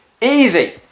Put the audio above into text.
Easy